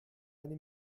eine